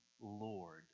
Lord